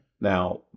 Now